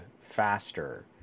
faster